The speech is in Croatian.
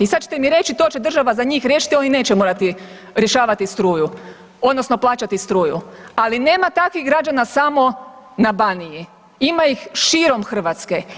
I sad ćete mi reći to će država za njih riješiti oni neće morati rješavati struju odnosno plaćati struju, ali nema takvih građana samo na Baniji, ima ih širom Hrvatske.